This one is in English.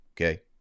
okay